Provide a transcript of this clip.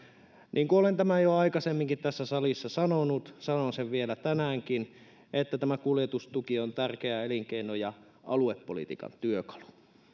niin kuin olen tämän jo aikaisemminkin tässä salissa sanonut sanon sen vielä tänäänkin että tämä kuljetustuki on tärkeää elinkeino ja aluepolitiikan työkalu